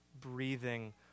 breathing